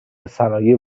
صنایع